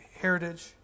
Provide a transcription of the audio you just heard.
heritage